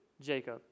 Jacob